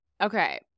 okay